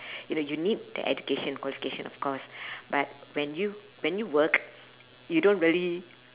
you know you need the education qualification of course but when you when you work you don't really